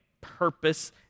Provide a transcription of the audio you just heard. purpose